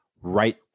right